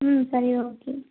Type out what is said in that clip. ம் சரி ஓகே